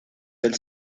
del